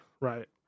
Right